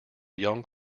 young